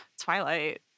Twilight—